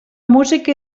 música